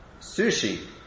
Sushi